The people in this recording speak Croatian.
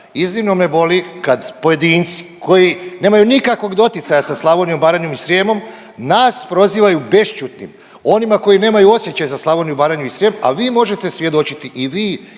iznimno me boli kad pojedinci koji nemaju nikakvog doticaja sa Slavonijom, Baranjom i Srijemom nas prozivaju bešćutnim onima koji nemaju osjećaj za Slavoniju, Baranju i Srijem, a vi možete svjedočiti i vi